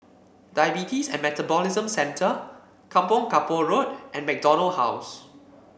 Diabetes and Metabolism Centre Kampong Kapor Road and MacDonald House